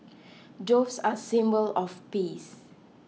doves are a symbol of peace